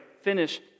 finish